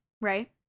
right